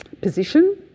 position